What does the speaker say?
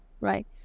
right